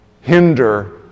hinder